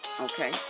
Okay